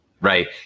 right